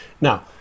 now